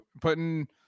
putting